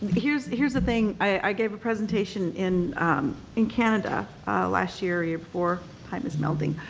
here's here's a thing, i gave a presentation in in canada last year or year before, time is melding.